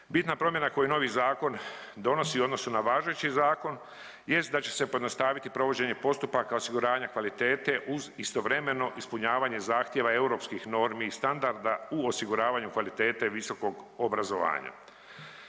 Bitna promjena koju novi zakon donosi u odnosu na važeći zakon jest da će se pojednostaviti provođenje postupaka osiguranja kvalitete uz istovremeno ispunjavanje zahtjeva europskih normi i standarda u osiguravanju kvalitete visokog obrazovanja.